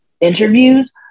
interviews